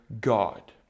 God